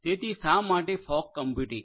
તેથી શા માટે ફોગ કમ્પ્યુટિંગ